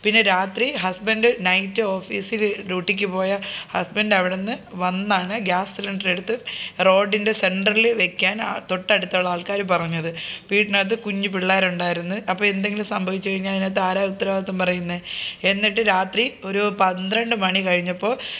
പിന്നെ രാത്രി husband night ഓഫീസില് ഡ്യൂട്ടിക്ക് പോയ ഹസ്ബൻഡവിടുന്ന് വന്നാണ് ഗ്യാസ് സിലിണ്ടറെടുത്ത് റോഡിൻ്റെ സെൻറ്ററില് വെക്കാൻ തൊട്ടടുത്തുള്ള ആൾക്കാര് പറഞ്ഞത് വീടിനകത്ത് കുഞ്ഞ് പിള്ളേരുണ്ടായിരുന്നു അപ്പോള് എന്തെങ്കിലും സംഭവിച്ചുകഴിഞ്ഞാല് അതിനകത്ത് ആരാണ് ഉത്തരവാദിത്തം പറയുന്നേ എന്നിട്ട് രാത്രി ഒരു പന്ത്രണ്ട് മണി കഴിഞ്ഞപ്പോള്